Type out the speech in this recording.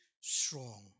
strong